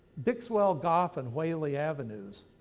dixwell, goffe and whalley avenues,